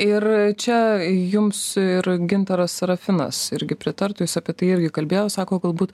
ir čia jums ir gintaras sarafinas irgi pritartų jis apie tai irgi kalbėjo sako galbūt